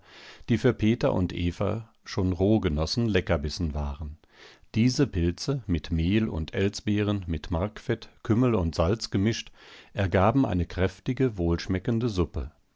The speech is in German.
die für peter und eva schon roh genossen leckerbissen waren diese pilze mit mehl und elsbeeren mit markfett kümmel und salz gemischt ergaben eine kräftige wohlschmeckende suppe